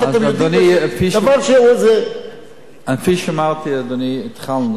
כפי שאמרתי, אדוני, התחלנו.